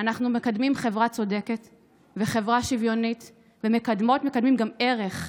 מקדמים חברה צודקת וחברה שוויונית ומקדמות ומקדמים גם ערך.